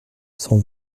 cent